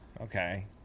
Okay